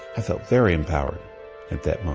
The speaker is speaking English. i felt very empowered at that